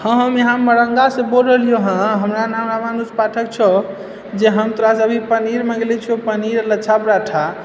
हाँ हम यहाँ मरङ्गासँ बोल रहलियौ हँ हमरा नाम रामानुज पाठक छै जे हम तोरा अभी पनीर मङ्गलो छिऔ पनीर लाछा पराठा लक्षा